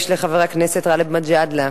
הצעה אחרת יש לחבר הכנסת גאלב מג'אדלה,